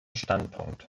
standpunkt